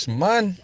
man